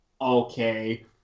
okay